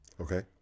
Okay